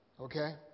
Okay